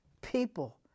people